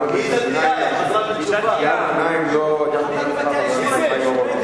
היא דתייה, היא חזרה בתשובה.